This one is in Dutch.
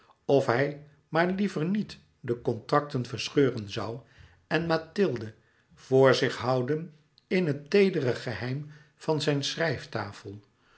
of hij maar liever niet de contracten verscheuren zoû en mathilde voor zich houden in het teedere geheim van zijn schrijftafel